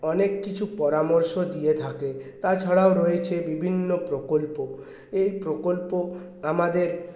অনেক কিছু পরামর্শ দিয়ে থাকে তাছাড়াও রয়েছে বিভিন্ন প্রকল্প এই প্রকল্প আমাদের